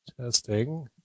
testing